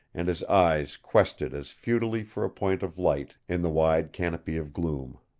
and his eyes quested as futilely for a point of light in the wide canopy of gloom.